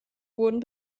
wurden